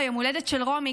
ביום הולדת של רומי,